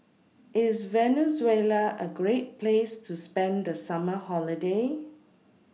IS Venezuela A Great Place to spend The Summer Holiday